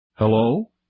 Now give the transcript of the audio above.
Hello